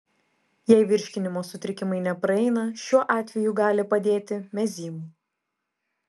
jei virškinimo sutrikimai nepraeina šiuo atveju gali padėti mezym